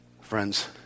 Friends